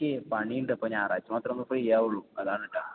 ഇക്ക് പണിയുണ്ടപ്പാ ഞായറാഴ്ച മാത്രം ഒന്ന് ഫ്രീയാവുള്ളൂ അതാണൂട്ടാ